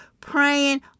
praying